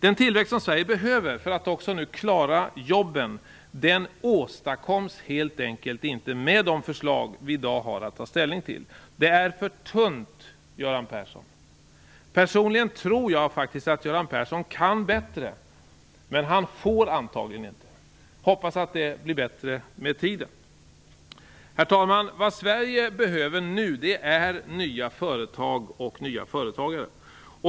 Den tillväxt som Sverige behöver för att också klara jobben åstadkoms helt enkelt inte med de förslag vi i dag har att ta ställning till. Det är för tunt, Göran Persson. Personligen tror jag faktiskt att Göran Persson kan bättre, men han får antagligen inte. Hoppas att det blir bättre med tiden. Herr talman! Vad Sverige behöver nu är nya företag och nya företagare.